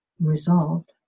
resolved